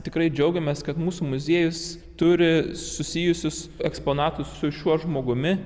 tikrai džiaugiamės kad mūsų muziejus turi susijusius eksponatus su šiuo žmogumi